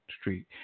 Street